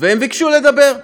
וביקשו לדבר.